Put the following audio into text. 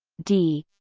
d